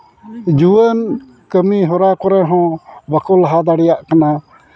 ᱡᱩᱣᱟᱹᱱ ᱠᱟᱹᱢᱤ ᱦᱚᱨᱟ ᱠᱚᱨᱮ ᱦᱚᱸ ᱵᱟᱠᱚ ᱞᱟᱦᱟ ᱫᱟᱲᱮᱭᱟᱜ ᱠᱟᱱᱟ